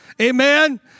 Amen